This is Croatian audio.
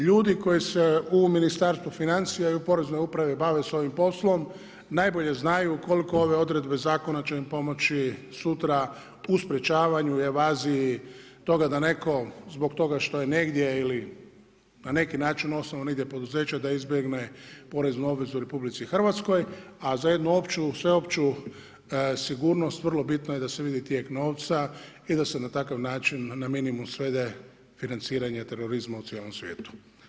Ljudi koji se u Ministarstvu financija i u poreznoj upravi bave sa ovim poslom najbolje znaju koliko ove odredbe zakona će im pomoći sutra u sprječavanju i evaziji toga da netko zbog toga što je negdje ili na neki način osnovao negdje poduzeće, da izbjegne poreznu obvezu u RH a za jednu opću, sveopću sigurnost vrlo bitno je da se vidi tijek novca i da se na takav način na minimum svede financiranje terorizma u cijelom svijetu.